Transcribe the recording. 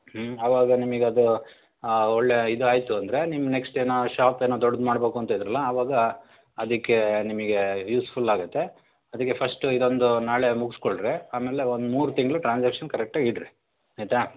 ಹ್ಞೂ ಆವಾಗ ನಿಮಗೆ ಅದು ಒಳ್ಳೆ ಇದಾಯ್ತು ಅಂದರೆ ನಿಮ್ಮ ನೆಕ್ಷ್ಟ್ ಏನೋ ಶಾಪ್ ಏನೋ ದೊಡ್ದು ಮಾಡಬೇಕು ಅಂತಿದ್ರಲ ಆವಾಗ ಅದಕ್ಕೆ ನಿಮಗೆ ಯೂಸ್ಫುಲ್ ಆಗುತ್ತೆ ಅದಕ್ಕೆ ಫಶ್ಟು ಇದೊಂದು ನಾಳೆ ಮುಗಿಸ್ಕೊಂಡ್ರೆ ಆಮೇಲೆ ಒಂದು ಮೂರು ತಿಂಗಳು ಟ್ರಾನ್ಸ್ಯಾಕ್ಷನ್ ಕರೆಕ್ಟಾಗಿ ಇಡ್ರಿ ಆಯ್ತ